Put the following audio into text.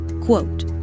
quote